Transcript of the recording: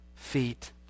Feet